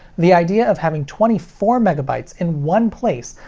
the idea of having twenty four megabytes in one place,